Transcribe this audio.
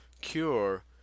cure